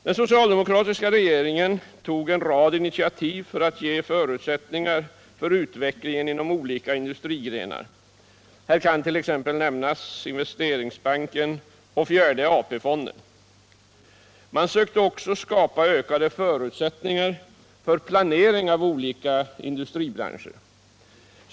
Den socialdemokratiska regeringen tog en rad initiativ för att ge förutsättningar för utvecklingen inom olika industrigrenar. Här kan t.ex. nämnas Investeringsbanken och fjärde AP-fonden. Man sökte också skapa bättre förutsättningar för planering av olika industribranscher.